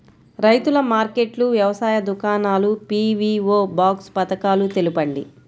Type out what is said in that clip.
రైతుల మార్కెట్లు, వ్యవసాయ దుకాణాలు, పీ.వీ.ఓ బాక్స్ పథకాలు తెలుపండి?